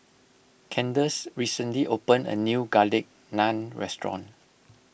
Kandace recently opened a new Garlic Naan restaurant